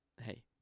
hey